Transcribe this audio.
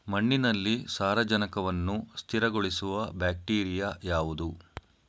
ಮಣ್ಣಿನಲ್ಲಿ ಸಾರಜನಕವನ್ನು ಸ್ಥಿರಗೊಳಿಸುವ ಬ್ಯಾಕ್ಟೀರಿಯಾ ಯಾವುದು?